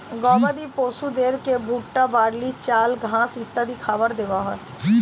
গবাদি পশুদেরকে ভুট্টা, বার্লি, চাল, ঘাস ইত্যাদি খাবার দেওয়া হয়